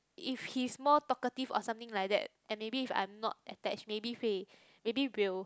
if he's more talkative or something like that and maybe if I'm not attached maybe 会 maybe will